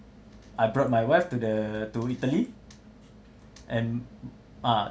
I brought my wife to the to italy and ah